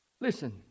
Listen